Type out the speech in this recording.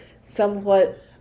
somewhat